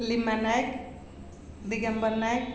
Lima Nayak Digambar Nayak